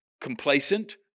complacent